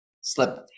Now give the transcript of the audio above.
slip